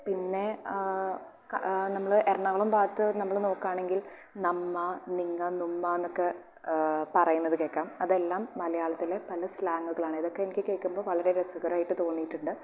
പിന്നെ നമ്മള് എറണാകുളം ഭാഗത്ത് നമ്മള് നോക്കുകയാണെങ്കിൽ നമ്മ നിങ്ങ ന്നുമ്മ എന്നൊക്കെ പറയുന്നത് കേൾക്കാം അതെല്ലാം മലയാളത്തിലെ പല സ്ളാങ്ങുകളാണ് ഇതൊക്കെ എനിക്ക് കേൾക്കുമ്പോൾ വളരെ രസകരമായിട്ട് തോന്നിയിട്ടുണ്ട്